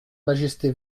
majesté